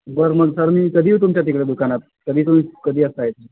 बरं मग सर मी कधी येऊ तुमच्या तिकडं दुकानात कधी तुम्ही कधी असत आहे